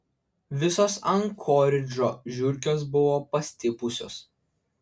visos ankoridžo žiurkės buvo pastipusios